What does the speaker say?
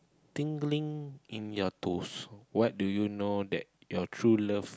tingling in your toes what do you know that your true love